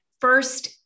first